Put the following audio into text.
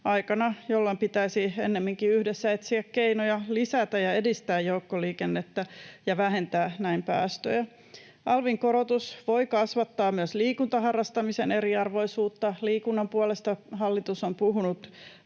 jolloin pitäisi ennemminkin yhdessä etsiä keinoja lisätä ja edistää joukkoliikennettä ja vähentää näin päästöjä. Alvin korotus voi kasvattaa myös liikuntaharrastamisen eriarvoisuutta. Liikunnan puolesta hallitus on puhunut